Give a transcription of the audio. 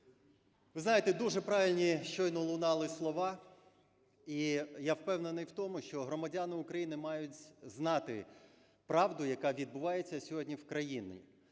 Ви знаєте, дуже правильні щойно лунали слова. І я впевнений в тому, що громадяни України мають знати правду, яка відбувається сьогодні в країні